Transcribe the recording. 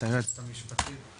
את היועצת המשפטית,